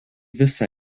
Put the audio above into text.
visą